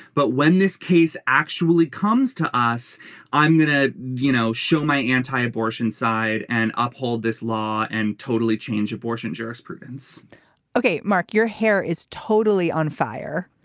but when this case actually comes to us i'm going to ah you know show my anti-abortion side and uphold this law and totally change abortion jurisprudence ok mark your hair is totally on fire.